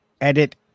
edit